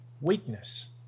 weakness